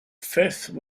fifth